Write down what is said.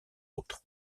autres